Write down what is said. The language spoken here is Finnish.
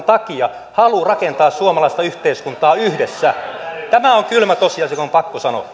takia halu rakentaa suomalaista yhteiskuntaa yhdessä tämä on kylmä tosiasia joka on pakko sanoa